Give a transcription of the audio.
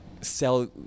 sell